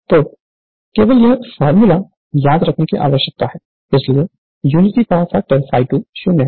तो केवल यह फार्मूला याद रखने की आवश्यकता है इसलिए यूनिटी पावर फैक्टर ∅2 0 है